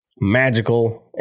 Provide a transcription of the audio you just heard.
magical